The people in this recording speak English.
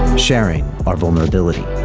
sharing our vulnerability